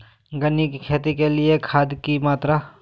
गन्ने की खेती के लिए खाद की मात्रा?